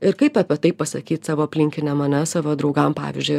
ir kaip apie tai pasakyt savo aplinkiniam ane savo draugam pavyzdžiui